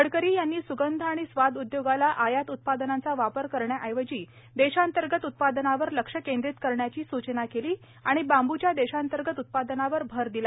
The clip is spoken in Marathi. गडकरी यांनी सुगंध आणि स्वाद उदयोगाला आयात उत्पादनांचा वापर करण्याऐवजी देशांतर्गत उत्पादनावर लक्ष केंद्रित करण्याची सुचना केली आणि बांबच्या देशांतर्गत उत्पादनावर भर दिला